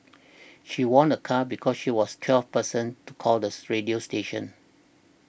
she won a car because she was twelfth person to call this radio station